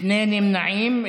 שני נמנעים.